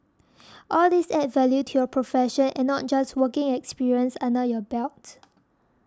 all these add value to your profession and not just working experience under your belt